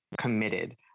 committed